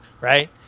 right